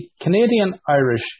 Canadian-Irish